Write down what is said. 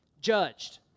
judged